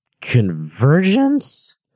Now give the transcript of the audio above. Convergence